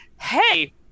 Hey